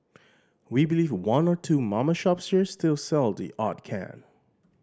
we believe one or two mama shops here still sell the odd can